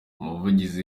umuvugizi